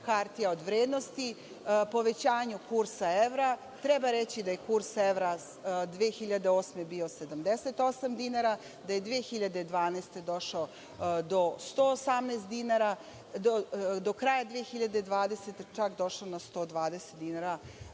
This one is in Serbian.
hartija od vrednosti, povećanju kursa evra. Treba reći da je kurs evra 2008. bio 78 dinara, da je 2012. došao do 118 dinara, do kraja 2020. čak došao na 120 dinara